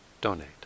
donate